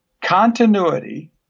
continuity